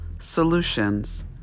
solutions